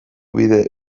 bide